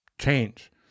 change